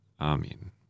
Amen